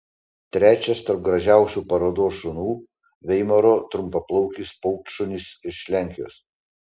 trečias tarp gražiausių parodos šunų veimaro trumpaplaukis paukštšunis iš lenkijos